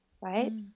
right